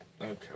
Okay